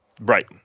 Right